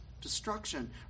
destruction